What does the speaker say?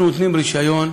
אנחנו נותנים רישיון,